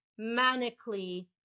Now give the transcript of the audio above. manically